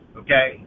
okay